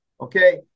Okay